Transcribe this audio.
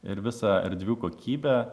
ir visą erdvių kokybę